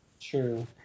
True